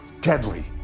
deadly